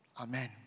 Amen